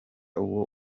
uwo